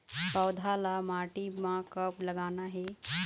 पौधा ला माटी म कब लगाना हे?